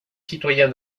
citoyen